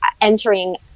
entering